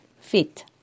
fit